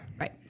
Right